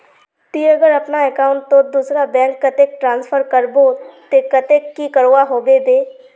ती अगर अपना अकाउंट तोत दूसरा बैंक कतेक ट्रांसफर करबो ते कतेक की करवा होबे बे?